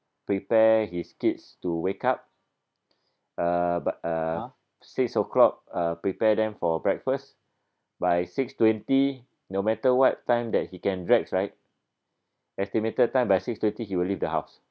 prepare his kids to wake up uh bu~ uh six o clock uh prepare them for breakfast by six twenty no matter what time that he can drags right estimated time by six twenty he will leave the house